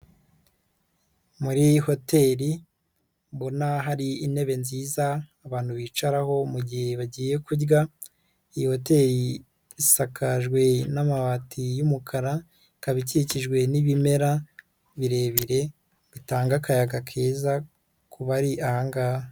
Muri hoteri mbona hari intebe nziza abantu bicaraho mugihe bagiye kurya, iyo hoteri isakajwe n'amabati y'umukara, ikaba ikikijwe n'ibimera birebire bitanga akayaga keza kubari ahangaha.